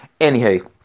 anywho